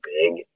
big